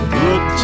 good